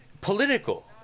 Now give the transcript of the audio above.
political